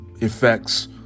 effects